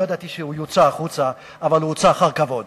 לא ידעתי שהוא יוצא החוצה אבל הוא הוצא אחר כבוד